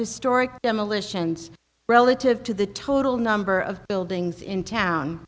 historic demolitions relative to the total number of buildings in town